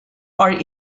are